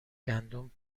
گندم